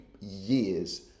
years